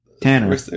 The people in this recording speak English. Tanner